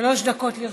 שלוש דקות לרשותך.